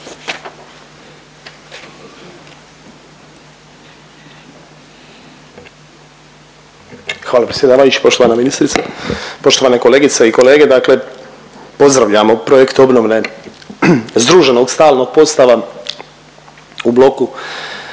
Hvala predsjedavajući. Poštovana ministrice, poštovane kolegice i kolege dakle pozdravljamo projekt obnove združenog stalnog postava u bloku